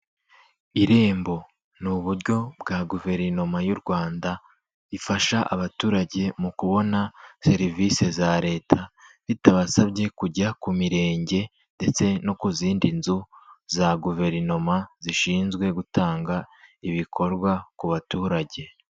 Irembo ni uburyo bwa Guverinoma y'u Rwanda ifasha abaturage mu kubona serivisi za Leta bitabasabye kujya ku Mirenge ndetse no ku zindi nzu za Guverinoma zishinzwe gutanga ibikorwa ku baturage.